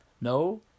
No